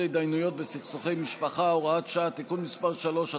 התדיינויות בסכסוכי משפחה (הוראת שעה) (תיקון מס' 3),